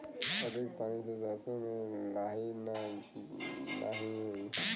अधिक पानी से सरसो मे लाही त नाही होई?